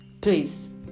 please